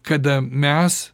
kada mes